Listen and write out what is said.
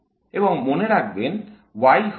এবং মনে রাখবেন - y হল